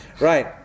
Right